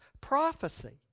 prophecy